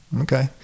Okay